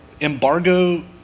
embargo